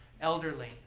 elderly